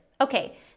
Okay